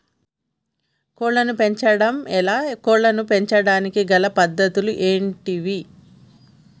కోళ్లను పెంచడం ఎలా, కోళ్లను పెంచడానికి గల పద్ధతులు ఏంటివి?